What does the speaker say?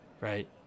right